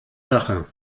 sache